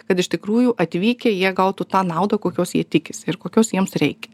kad iš tikrųjų atvykę jie gautų tą naudą kokios jie tikisi ir kokios jiems reikia